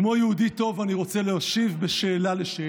כמו יהודי טוב אני רוצה להשיב בשאלה על שאלה.